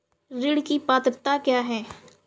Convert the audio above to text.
ऋण की पात्रता क्या है?